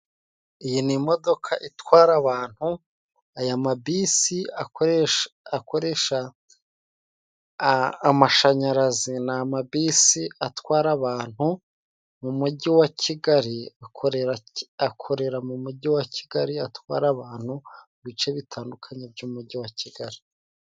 Iyi ni imodoka itwara abantu，aya mabisi a akoresha amashanyarazi ni amabisi atwara abantu mu mujyi wa Kigali，akorera mu mujyi wa Kigali atwara abantu mu bice bitandukanye by'umujyi wa Kigali.